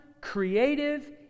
creative